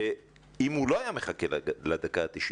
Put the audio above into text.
שאם הוא לא היה מחכה לדקה ה-90